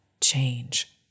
change